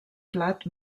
plat